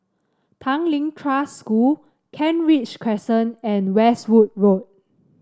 Tanglin Trust School Kent Ridge Crescent and Westwood Road